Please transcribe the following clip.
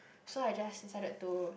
so I just decided to